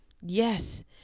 Yes